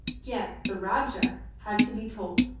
yet the rajah had to be told,